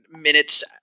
minutes